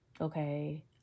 okay